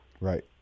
Right